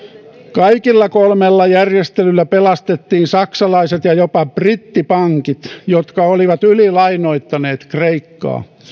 kaikilla kolmella järjestelyllä pelastettiin saksalaiset ja jopa brittipankit jotka olivat ylilainoittaneet kreikkaa